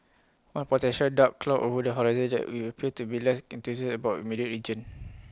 one potential dark cloud over the horizon is that we appear to be less enthused about our immediate region